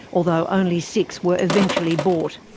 although only six were eventually bought.